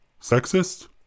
Sexist